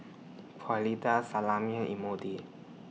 Salami and Imoni